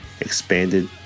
expanded